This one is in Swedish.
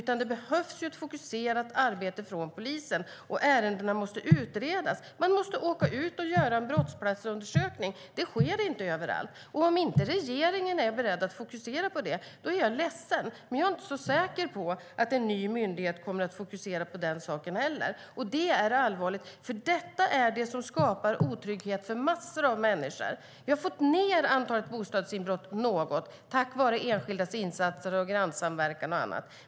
Vi har fått ned antalet bostadsinbrott något tack vare enskildas insatser, grannsamverkan och annat.